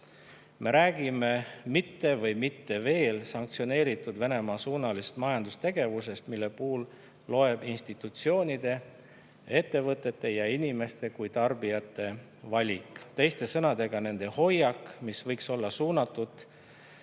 Me räägime santsioneerimata või mitte veel sanktsioneeritud Venemaa-suunalisest majandustegevusest, mille puhul loeb institutsioonide, ettevõtete ja inimeste kui tarbijate valik, teiste sõnadega nende hoiak, mis võiks olla suunatud